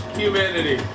humanity